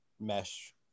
mesh